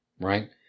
right